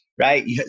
right